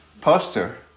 poster